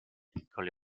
piccole